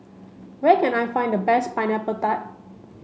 where can I find the best pineapple tart